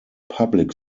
public